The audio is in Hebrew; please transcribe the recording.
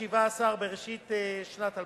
השבע-עשרה בראשית שנת 2008,